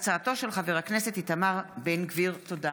תודה.